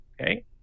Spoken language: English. Okay